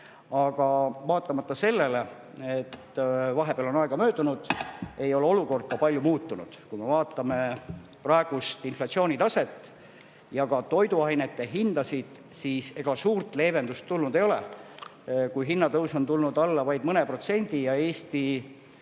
Vaatamata sellele, et vahepeal on aega möödunud, ei ole olukord palju muutunud. Kui me vaatame praegust inflatsioonitaset ja ka toiduainete hindasid, siis ega suurt leevendust tulnud ei ole. Kuna hinnatõus on tulnud alla vaid mõne protsendi ja Eesti